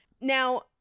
Now